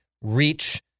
reach